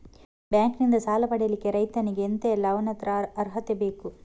Bank ನಿಂದ ಸಾಲ ಪಡಿಲಿಕ್ಕೆ ರೈತನಿಗೆ ಎಂತ ಎಲ್ಲಾ ಅವನತ್ರ ಅರ್ಹತೆ ಬೇಕು?